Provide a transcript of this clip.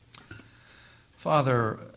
Father